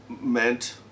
meant